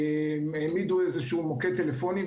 העמידו מוקד טלפוני.